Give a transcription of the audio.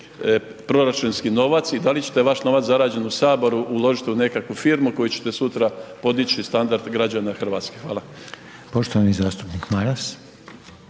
proračunski novac i da li ćete vaš novac zarađen u Saboru uložiti u nekakvu firmu kojom ćete sutra podići standard građana Hrvatske? Hvala. **Reiner,